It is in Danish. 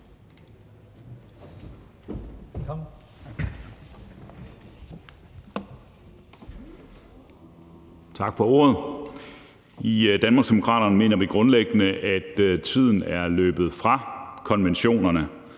Tak for ordet. I Danmarksdemokraterne mener vi grundlæggende, at tiden er løbet fra konventionerne.